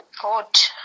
Hot